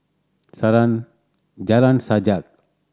Jalan Sajak